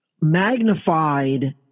magnified